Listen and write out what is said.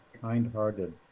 kind-hearted